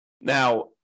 Now